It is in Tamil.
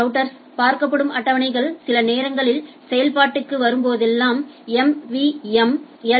ரௌட்டர்ஸ்யில் பார்க்கப்படும் அட்டவணைகள் சில நேரங்களில் செயல்பாட்டுக்கு வரும்போதெல்லாம் எல்